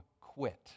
quit